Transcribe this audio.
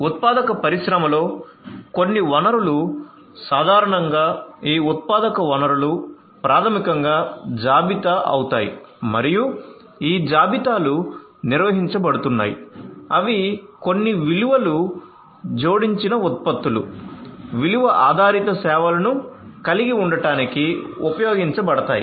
ఉత్పాదక పరిశ్రమలో కొన్ని వనరులు సాధారణంగా ఈ ఉత్పాదక వనరులు ప్రాథమికంగా జాబితా అవుతాయి మరియు ఈ జాబితాలు నిర్వహించబడుతున్నాయి అవి కొన్ని విలువలు జోడించిన ఉత్పత్తులు విలువ ఆధారిత సేవలను కలిగి ఉండటానికి ఉపయోగించబడతాయి